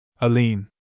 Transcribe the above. Aline